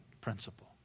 principle